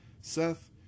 Seth